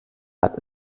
hat